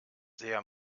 sehr